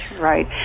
right